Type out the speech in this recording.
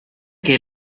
che